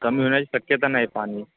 कमी होण्याची शक्यता नाही पाणी